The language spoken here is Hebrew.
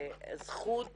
והזכות